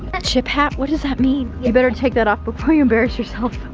ah chip hat, what does that mean? you better take that off before you embarrass yourself.